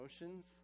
emotions